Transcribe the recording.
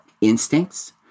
instincts